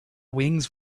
wings